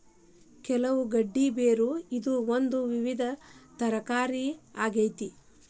ಕೆಸವು ಗಡ್ಡಿ ಬೇರು ಇದು ಒಂದು ವಿವಿಧ ತರಕಾರಿಯ ಆಗೇತಿ